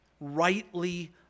Rightly